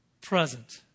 present